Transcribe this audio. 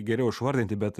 geriau išvardinti bet